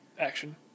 action